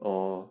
oh